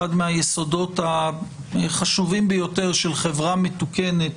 אחד מהיסודות החשובים ביותר של חברה מתוקנת